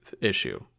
issue